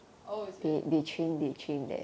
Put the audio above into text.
oh is it